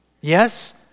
Yes